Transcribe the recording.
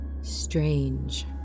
strange